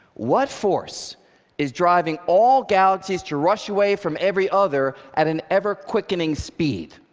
what force is driving all galaxies to rush away from every other at an ever-quickening speed?